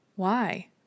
Why